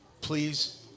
please